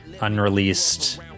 unreleased